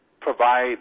provide